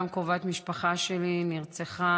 גם קרובת משפחה שלי נרצחה,